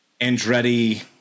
Andretti